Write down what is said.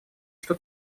что